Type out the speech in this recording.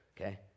okay